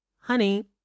Honey